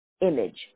image